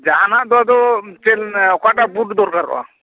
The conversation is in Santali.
ᱡᱟᱦᱟᱸ ᱱᱟᱜ ᱫᱚ ᱟᱫᱚ ᱪᱮᱫ ᱚᱠᱟᱴᱟᱜ ᱵᱩᱴ ᱫᱚᱨᱠᱟᱨᱚᱜᱼᱟ ᱚᱻ